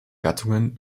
gattungen